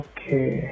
Okay